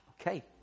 okay